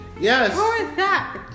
Yes